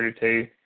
two